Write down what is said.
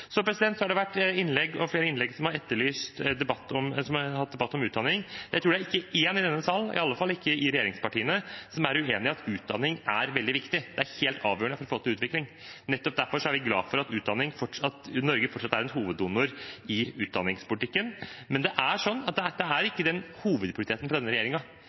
Så har det i flere innlegg vært snakk om utdanning. Jeg tror ikke det er én i denne sal, i alle fall ikke i regjeringspartiene, som er uenig i at utdanning er veldig viktig. Det er helt avgjørende for å få til utvikling. Nettopp derfor er vi glad for at Norge fortsatt er en hoveddonor i utdanningspolitikken. Men det er ikke hovedprioriteten for denne regjeringen. Vi sier at vi skal bruke pengene også på andre områder, hvor de trengs enda mer. Vi vet f.eks. at det er